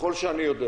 ככל שאני יודע